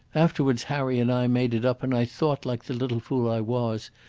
afterwards harry and i made it up, and i thought, like the little fool i was,